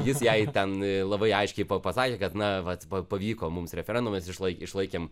jis jai ten labai aiškiai pasakė kad na vat pavyko mums referendumas išlaik išlaikėm